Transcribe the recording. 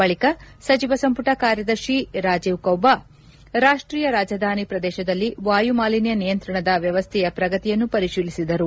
ಬಳಿಕ ಸಚಿವ ಸಂಪುಟ ಕಾರ್ಯದರ್ಶಿ ರಾಜೀವ್ ಗೌಬಾ ರಾಷ್ಷೀಯ ರಾಜಧಾನಿ ಪ್ರದೇಶದಲ್ಲಿ ವಾಯು ಮಾಲಿನ್ನ ನಿಯಂತ್ರಣದ ವ್ಯವಸ್ಥೆಯ ಪ್ರಗತಿಯನ್ನು ಪರಿಶೀಲಿಸಿದರು